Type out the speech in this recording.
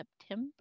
September